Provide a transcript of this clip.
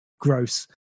gross